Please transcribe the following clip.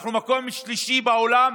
אנחנו במקום שלישי בעולם